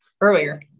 earlier